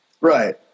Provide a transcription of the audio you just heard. Right